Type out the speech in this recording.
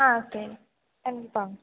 ah okay confirm